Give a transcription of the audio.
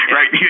Right